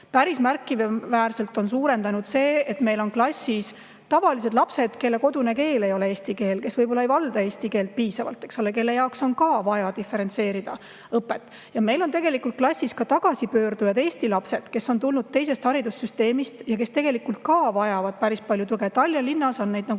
Päris märkimisväärselt on [koormust] suurendanud see, et meil on klassis tavalised lapsed, kelle kodune keel ei ole eesti keel, kes ei valda eesti keelt piisavalt, eks ole, kelle jaoks on ka vaja õpet diferentseerida. Ja meil on klassides ka tagasipöördujaid, eesti lapsi, kes on tulnud teisest haridussüsteemist ja kes tegelikult ka vajavad päris palju tuge. Tallinna linnas on neid